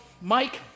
Mike